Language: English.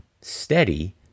steady